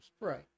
Right